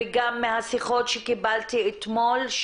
וגם מהשיחות שקיבלתי אתמול,